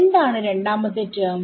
എന്താണ് രണ്ടാമത്തെ ടെർമ്